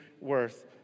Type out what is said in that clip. worth